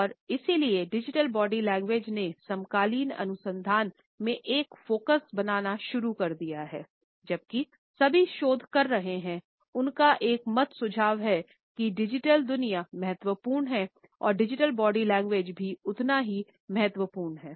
और इसलिए digital body लैंग्वेजभी उतनी ही महत्वपूर्ण है